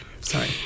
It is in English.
Sorry